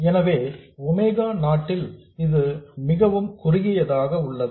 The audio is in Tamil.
எனவே ஒமேகா நாட் ல் இது மிகவும் குறுகியதாக உள்ளது